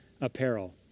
apparel